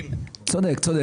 יישר כוח לך,